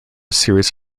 series